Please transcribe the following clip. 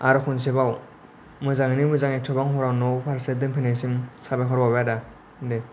आरो खनसेबाव मोजाङैनो मोजां एथबां हराव न' फारसे दोनफैनायसिम साबायखर बावबाय आदा दे